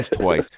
twice